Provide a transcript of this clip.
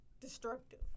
destructive